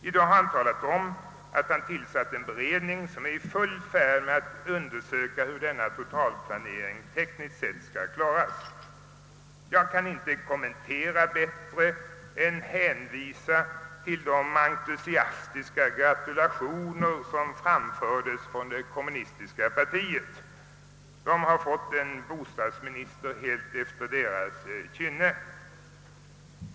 I dag har han talat om att han tillsatt en beredning som är i full färd med att un dersöka hur denna totalplanering tekniskt sett skall klaras. Jag kan inte kommentera detta på bättre sätt än genom att hänvisa till de entusiastiska gratulationer som framförts från det kommunistiska partiet. Kommunisterna har fått en bostadsminister helt efter sitt kynne.